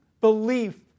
belief